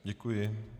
Děkuji.